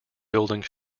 building